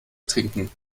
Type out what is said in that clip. trinken